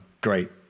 great